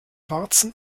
warzen